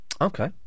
Okay